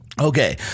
Okay